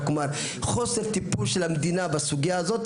חוסר טיפול של המדינה בסוגיה הזאת,